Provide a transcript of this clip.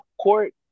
court